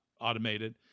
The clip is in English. automated